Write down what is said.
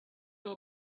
know